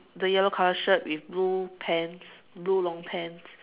the yellow colour shirt with blue pants with blue long pants